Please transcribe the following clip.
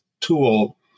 tool